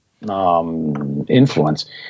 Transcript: Influence